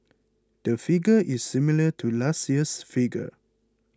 the figure is similar to last year's figure